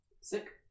Sick